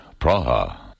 Praha